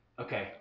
Okay